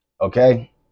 Okay